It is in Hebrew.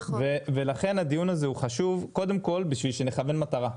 לכן הדיון הזה חשוב, קודם כל כדי שנכוון מטרה.